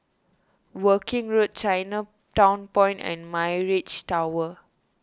Woking Road Chinatown Point and Mirage Tower